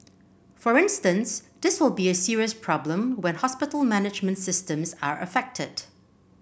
for instance this will be a serious problem when hospital management systems are affected